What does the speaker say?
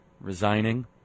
resigning